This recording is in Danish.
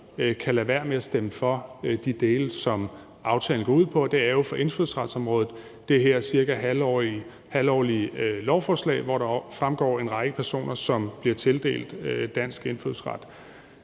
lade være med at stemme for de dele, som aftalen går ud på. Og det er jo for indfødsretsområdet det her cirka halvårlige lovforslag, hvoraf der fremgår af en række personer, som bliver tildelt dansk indfødsret.